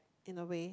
in a way